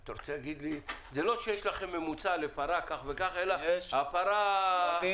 זה לא שיש לכם ממוצע לגבי כל פרה אלא הפרה -- יודעים